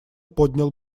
поднял